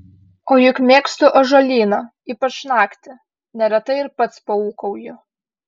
o juk mėgstu ąžuolyną ypač naktį neretai ir pats paūkauju